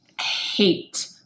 hate